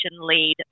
lead